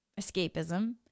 escapism